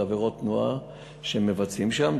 של עבירות תנועה שמבצעים שם.